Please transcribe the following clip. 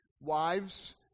Wives